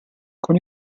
con